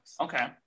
Okay